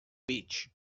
beach